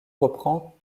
reprend